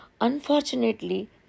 Unfortunately